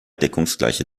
deckungsgleiche